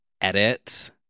edit